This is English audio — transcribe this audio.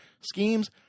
schemes